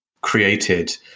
created